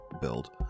build